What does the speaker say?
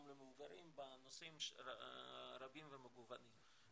גם למבוגרים בנושאים רבים ומגוונים.